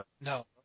No